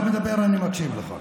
כשאתה מדבר אני מקשיב לך.